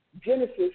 Genesis